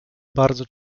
bardzo